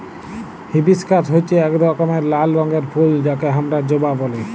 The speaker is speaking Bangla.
হিবিশকাস হচ্যে এক রকমের লাল রঙের ফুল যাকে হামরা জবা ব্যলি